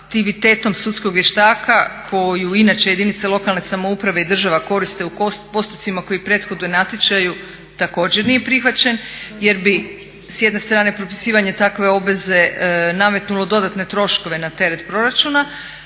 aktivitetom sudskog vještaka koju inače jedinice lokalne samouprave i država koriste u postupcima koji prethode natječaju također nije prihvaćen jer bi s jedne strane propisivanje takve obveze nametnulo dodatne troškove na teret proračuna